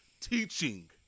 teaching